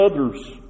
others